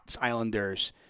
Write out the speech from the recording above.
Islanders